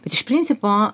bet iš principo